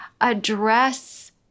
address